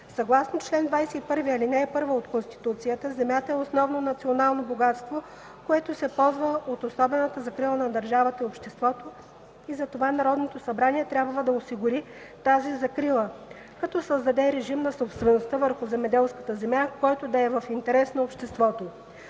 Съгласно чл. 21, ал. 1 от Конституцията „Земята е основно национално богатство, което се ползва от особената закрила на държавата и обществото” и затова Народното събрание трябва да осигури тази закрила, като създаде режим на собствеността върху земеделската земя, който да е в интерес на обществото.